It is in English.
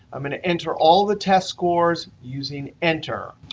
i'm going to enter all the test scores using enter.